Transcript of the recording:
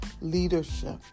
leadership